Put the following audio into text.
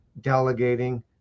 delegating